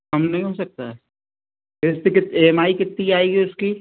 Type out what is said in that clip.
कम नहीं हो सकता है तो इसकी ई एम आई कितनी आई है उसकी